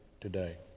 today